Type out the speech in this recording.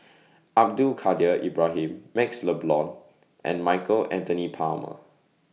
Abdul Kadir Ibrahim MaxLe Blond and Michael Anthony Palmer